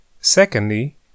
Secondly